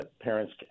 parents